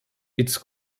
its